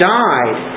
died